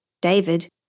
David